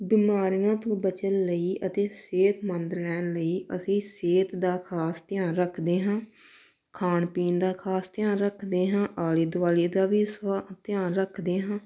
ਬਿਮਾਰੀਆਂ ਤੋਂ ਬਚਣ ਲਈ ਅਤੇ ਸਿਹਤਮੰਦ ਰਹਿਣ ਲਈ ਅਸੀਂ ਸਿਹਤ ਦਾ ਖ਼ਾਸ ਧਿਆਨ ਰੱਖਦੇ ਹਾਂ ਖਾਣ ਪੀਣ ਦਾ ਖ਼ਾਸ ਧਿਆਨ ਰੱਖਦੇ ਹਾਂ ਆਲੇ ਦੁਆਲੇ ਦਾ ਵੀ ਸਾ ਧਿਆਨ ਰੱਖਦੇ ਹਾਂ